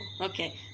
okay